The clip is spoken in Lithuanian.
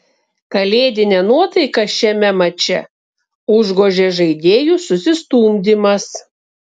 kalėdinę nuotaiką šiame mače užgožė žaidėjų susistumdymas